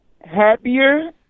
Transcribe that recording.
happier